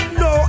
no